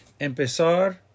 empezar